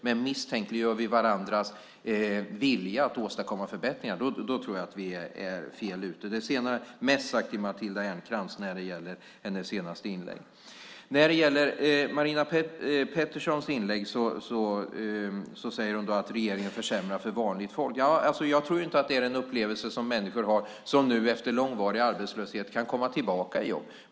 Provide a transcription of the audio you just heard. Men misstänkliggör vi varandras vilja att åstadkomma förbättringar tror jag att vi är fel ute. Det senare är mest sagt till Matilda Ernkrans när det gäller hennes senaste inlägg. Marina Pettersson säger i sitt inlägg att regeringen försämrar för vanligt folk. Jag tror inte att det är den upplevelse som människor har som nu efter långvarig arbetslöshet kan komma tillbaka i jobb.